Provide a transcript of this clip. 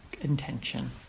intention